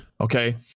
Okay